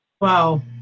Wow